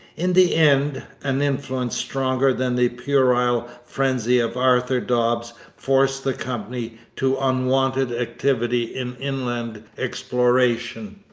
in the end, an influence stronger than the puerile frenzy of arthur dobbs forced the company to unwonted activity in inland exploration.